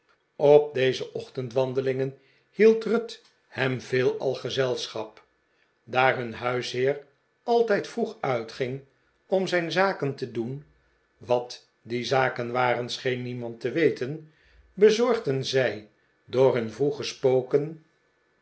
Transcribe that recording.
op deze ochtendwandelingen hield ruth hem veelal gezelschap daar hun huisheer altijd vroeg uitging om zijn zakeh te doen wat die zaken waren scheen niemand te weten bezorgden zij door hun vroege spoken